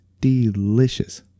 delicious